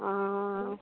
ആ ആ